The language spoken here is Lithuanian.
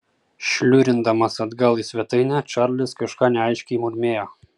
šliurindamas atgal į svetainę čarlis kažką neaiškiai murmėjo